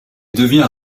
devient